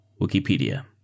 Wikipedia